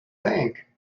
bank